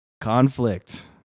conflict